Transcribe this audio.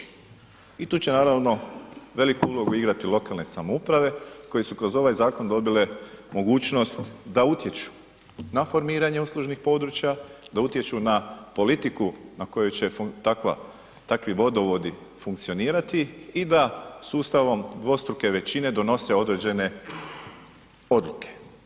I tu će naravno veliku ulogu igrati lokalne samouprave koje su kroz ovaj zakon dobile mogućnost da utječu na formiranje uslužnih područja, da utječu na politiku na kojoj će takvi vodovodi funkcionirati i da sustavom dvostruke većine donose određene odluke.